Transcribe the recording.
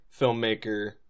filmmaker